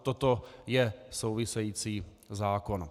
Toto je související zákon.